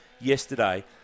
yesterday